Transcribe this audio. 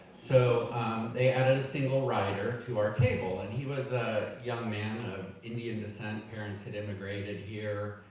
so they added a single rider to our table. and he was a young man of indian descent, parents had immigrated here,